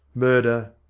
murder,